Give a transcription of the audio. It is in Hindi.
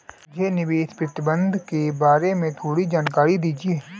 मुझे निवेश प्रबंधन के बारे में थोड़ी जानकारी दीजिए